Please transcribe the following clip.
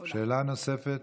תודה.